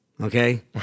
okay